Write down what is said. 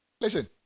Listen